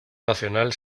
nacional